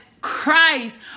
Christ